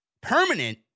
permanent